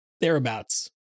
Thereabouts